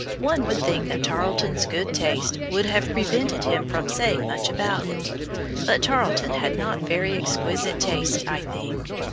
one would think that tarleton's good taste would have prevented him from saying much about it but tarleton had not very exquisite taste, i think.